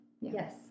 yes